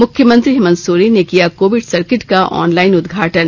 मुख्यमंत्री हेमंत सोरेन ने किया कोविड सर्किट का ऑनलाइन उदघाटन